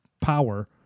power